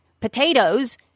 potatoes